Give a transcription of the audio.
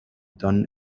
done